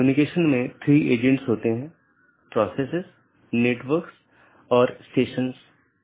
क्योंकि यह एक बड़ा नेटवर्क है और कई AS हैं